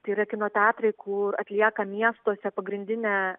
tai yra kino teatrai kur atlieka miestuose pagrindinę